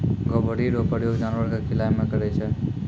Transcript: गभोरी रो प्रयोग जानवर के खिलाय मे करै छै